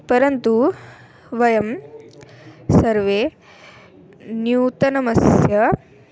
परन्तु वयं सर्वे न्यूनतमस्य